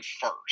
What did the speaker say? first